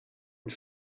and